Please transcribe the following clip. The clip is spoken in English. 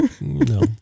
No